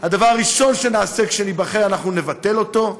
הדבר הראשון שנעשה כשניבחר, אנחנו נבטל אותו,